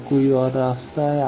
क्या कोई और रास्ता है